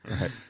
Right